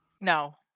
no